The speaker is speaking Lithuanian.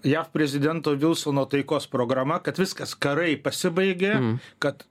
jav prezidento vilsono taikos programa kad viskas karai pasibaigė kad